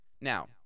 Now